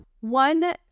One